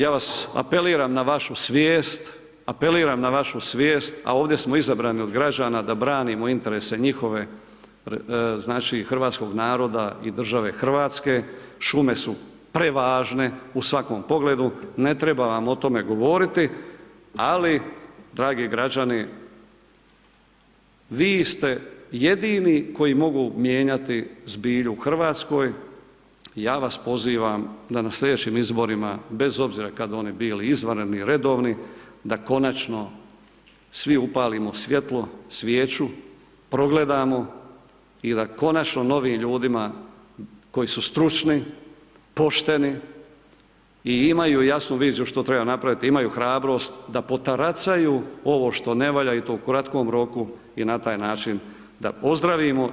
Ja vas apeliram na vašu svijest, apeliram na vašu svijest a ovdje smo izabrani od građana da branimo interese njihove, znači hrvatskog naroda i države Hrvatske, šume su prevažne u svakom pogledu, ne treba vam o tome govoriti ali dragi građani, vi ste jedini koji mogu mijenjati zbilju u Hrvatskoj i ja vas pozivam da na slijedećim izborima bez obzira kad oni bili izvanredni, redovni, da konačno svi upalimo svjetlo, svijeću, progledamo i da konačno novim ljudima koji su stručni, pošteni i imaju jasnu viziju što treba napraviti, imaju hrabrost da potaracaju ovo što ne valja i to u kratkom roku i na taj način da ozdravimo i promijenimo Hrvatsku.